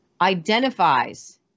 identifies